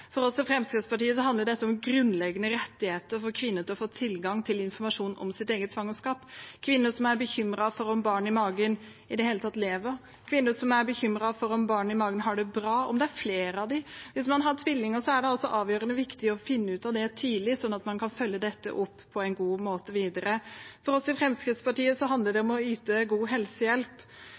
For oss i Fremskrittspartiet handler dette om grunnleggende rettigheter for kvinner til å få tilgang til informasjon om sitt eget svangerskap. Det handler om kvinner som er bekymret for om barnet i magen i det hele tatt lever, kvinner som er bekymret for om barnet i magen har det bra, og også om det er flere av dem. Hvis man venter tvillinger, er det avgjørende viktig å finne ut av det tidlig, sånn at man kan følge opp dette på en god måte videre. For oss i Fremskrittspartiet handler det om å yte god helsehjelp.